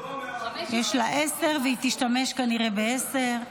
יש לה עשר, והיא תשתמש כנראה בעשר.